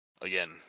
again